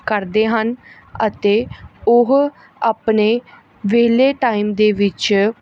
ਕਰਦੇ ਹਨ ਅਤੇ ਉਹ ਆਪਣੇ ਵਿਹਲੇ ਟਾਇਮ ਦੇ ਵਿੱਚ